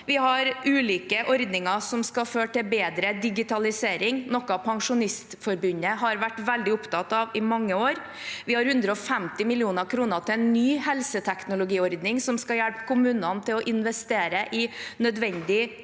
Vi har ulike ordninger som skal føre til bedre digitalisering, noe Pensjonistforbundet har vært veldig opptatt av i mange år. Vi har 150 mill. kr til en ny helseteknologiordning som skal hjelpe kommunene til å investere i nødvendig